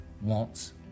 wants